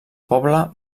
poble